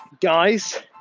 guys